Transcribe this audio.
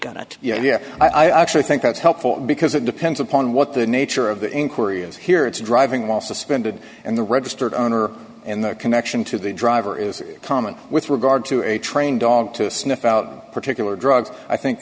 yeah i actually think that's helpful because it depends upon what the nature of the inquiry is here it's driving while suspended and the registered owner and the connection to the driver is common with regard to a trained dog to sniff out particular drugs i think